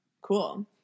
Cool